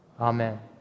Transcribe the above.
Amen